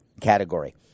category